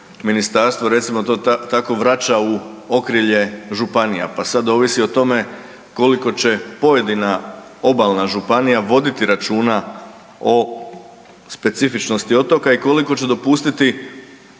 ministarstvo, recimo to tako, vraća u okrilje županija, pa sad ovisi o tome koliko će pojedina obalna županija voditi računa o specifičnosti otoka i koliko će dopustiti